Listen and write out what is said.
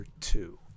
two